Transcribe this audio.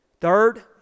Third